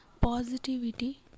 positivity